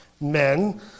men